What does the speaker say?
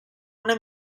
una